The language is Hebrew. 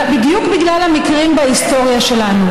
בדיוק בגלל המקרים בהיסטוריה שלנו,